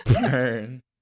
Burn